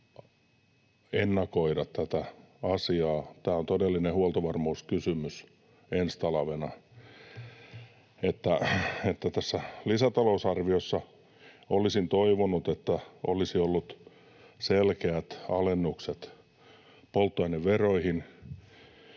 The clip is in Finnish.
ennakoida. Tämä on todellinen huoltovarmuuskysymys ensi talvena. Olisin toivonut, että tässä lisätalousarviossa olisi ollut selkeät alennukset polttoaineveroihin,